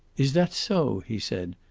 is that so? he said,